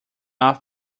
off